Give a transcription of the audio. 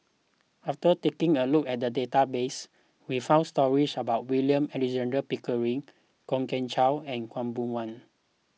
after taking a look at the database we found stories about William Alexander Pickering Kwok Kian Chow and Khaw Boon Wan